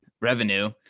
revenue